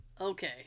Okay